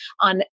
on